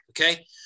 okay